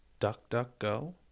DuckDuckGo